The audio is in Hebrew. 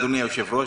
אדוני היושב-ראש,